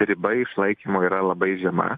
riba išlaikymo yra labai žema